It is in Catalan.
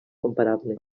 comparable